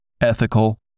ethical